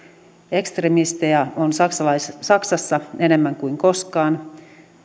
ekstremistejä on saksassa enemmän kuin koskaan suomesta